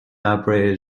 operated